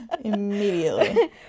Immediately